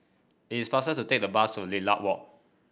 it's faster to take the bus to Lilac Walk